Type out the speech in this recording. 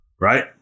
right